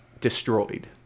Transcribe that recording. destroyed